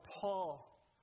Paul